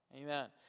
Amen